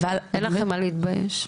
אין לכם מה להתבייש.